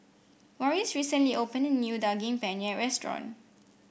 Morris recently opened a new Daging Penyet Restaurant